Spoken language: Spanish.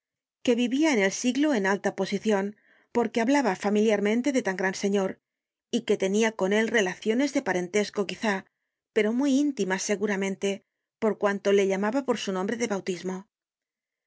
que vivía en el siglo en content from google book search generated at alta posicion porque hablaba familiarmente de tan gran señor y que tenia con él relaciones de parentesco quizá pero muy íntimas seguramente por cuanto le